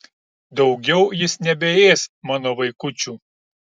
daugiau jis nebeės mano vaikučių